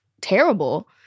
terrible